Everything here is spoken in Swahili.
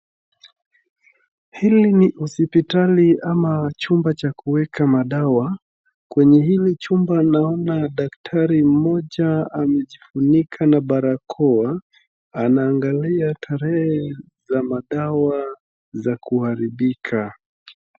Hili ni hospitalini ama chumba cha kuweka madawa. Kwenye hili chumba naona daktari mmoja amejifunika na barakoa, anaangalia tarehe za madawa kuharibika.